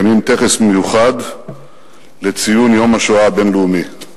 מקיימים טקס מיוחד לציון יום השואה הבין-לאומי.